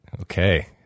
Okay